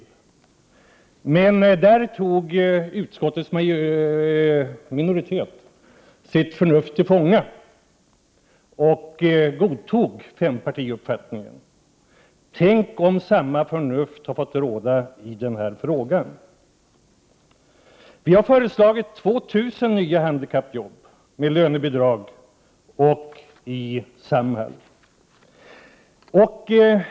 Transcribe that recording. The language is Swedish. I den frågan stod utskottets minoritet för förnuftet och godtog fempartiuppfattningen. Tänk om samma förnuft fått råda i denna fråga! Vi har föreslagit 2 000 nya handikapparbetstillfällen med lönebidrag och inom Samhall.